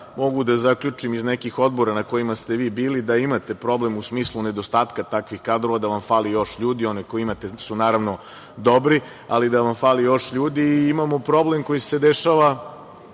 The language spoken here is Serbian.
mogu da zaključim iz nekih odbora na kojima ste vi bili, da imate problem u smislu nedostatka takvih kadrova, da vam fali još ljudi. One koje imate su naravno dobri ali da vam fali još ljudi. I imamo problem koji se dešava